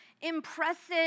impressive